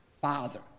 father